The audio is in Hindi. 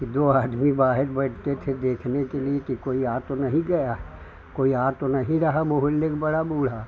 तो दो आदमी बाहर बैठते थे देखने के लिए कि कोई आ तो नहीं गया है कोई आ तो नहीं रहा मोहल्ले क बड़ा बूढा